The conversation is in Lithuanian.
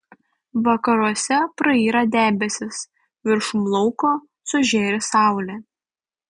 vakaruose prayra debesys viršum lauko sužėri saulė